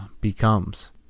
becomes